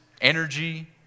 energy